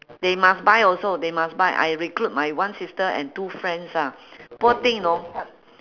they must buy also they must buy I recruit my one sister and two friends lah poor thing you know